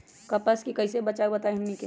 कपस से कईसे बचब बताई हमनी के?